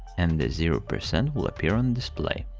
and the zero percent will appear on display.